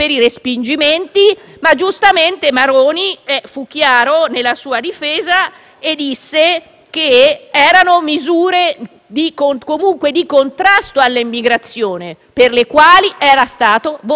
che erano misure di contrasto all'immigrazione, per le quali era stato votato, anche allora, un Governo di centrodestra. Allora, per rispondere al tribunale dei Ministri,